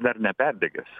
dar neperbėgęs